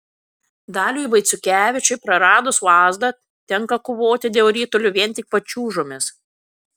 daliui vaiciukevičiui praradus lazdą tenka kovoti dėl ritulio vien tik pačiūžomis